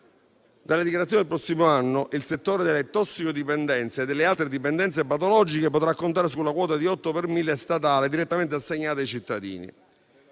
dalle dichiarazioni del prossimo anno il settore delle tossicodipendenze e delle altre dipendenze patologiche potrà contare sulla quota di 8 per mille statale direttamente assegnata dai cittadini.